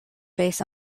base